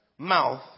Mouth